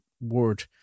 word